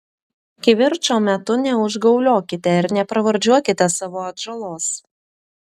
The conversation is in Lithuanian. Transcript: kivirčo metu neužgauliokite ir nepravardžiuokite savo atžalos